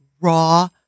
raw